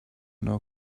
know